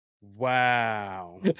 Wow